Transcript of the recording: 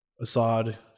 Assad